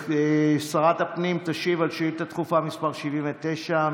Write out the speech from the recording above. שרת הפנים תשיב על שאילתה דחופה מס' 79,